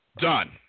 Done